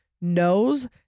knows